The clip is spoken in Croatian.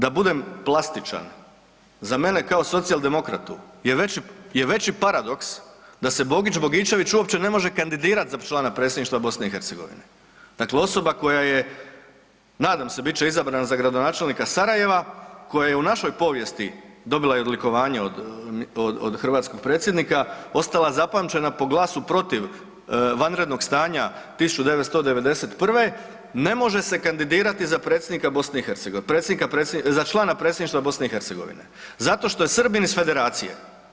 Da budem plastičan za mene kao socijaldemokratu je veći paradoks da se Bogić Bogičević uopće ne može kandidirati za člana predsjedništva BiH, dakle osoba koja je nadam se bit će izabran za gradonačelnika Sarajeva, koja je u našoj povijesti dobila i odlikovanje od hrvatskog predsjednika ostala zapamćena po glasu protiv vanrednog stanja 1991., ne može se kandidirati za predsjednika BiH, predsjednika predsjedništva, za člana predsjedništva BiH zato što je Srbin iz federacije.